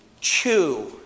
chew